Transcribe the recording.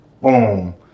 boom